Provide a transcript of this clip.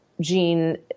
gene